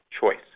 choice